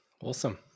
Awesome